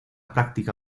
práctica